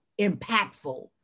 impactful